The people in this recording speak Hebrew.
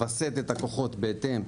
לווסת את הכוחות בהתאם,